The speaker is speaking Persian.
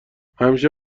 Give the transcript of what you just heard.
همیشه